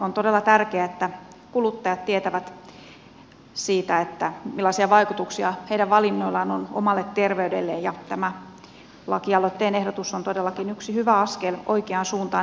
on todella tärkeää että kuluttajat tietävät siitä millaisia vaikutuksia heidän valinnoillaan on omalle terveydelleen ja tämä lakialoitteen ehdotus on todellakin yksi hyvä askel oikeaan suuntaan